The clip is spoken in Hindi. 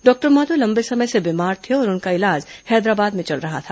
डॉक्टर महतो लंबे समय से बीमार थे और उनका इलाज हैदराबाद में चल रहा था